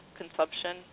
consumption